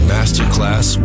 Masterclass